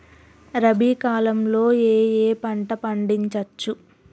రబీ కాలంలో ఏ ఏ పంట పండించచ్చు?